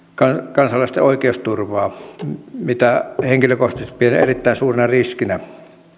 kansalaisten oikeusturvaa mitä henkilökohtaisesti pidän erittäin suurena riskinä